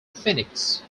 phoenix